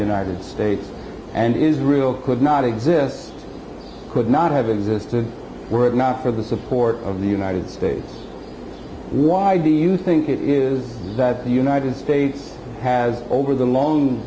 united states and israel could not exist could not have existed were it not for the support of the united states why do you think it is that the united states has over the lo